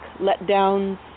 letdowns